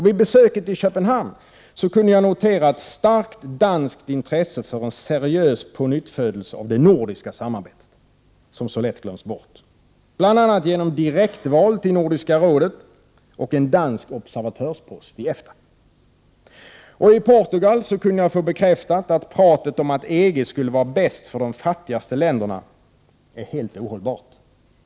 Vid besöket i Köpenhamn kunde jag notera ett starkt danskt intresse fören Prot. 1988/89:129 seriös pånyttfödelse av det nordiska samarbetet, som så lätt glöms bort, bl.a. 6 juni 1989 genom direktval till Nordiska rådet och en dansk observatörspost i EFTA. I Portugal kunde jag få bekräftat att pratet om att EG skulle vara bäst för de fattigaste länderna är helt ohållbart.